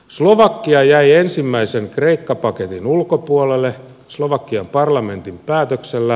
slovakia jäi ensimmäisen kreikka paketin ulkopuolelle slovakian parlamentin päätöksellä